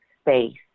space